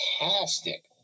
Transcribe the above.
fantastic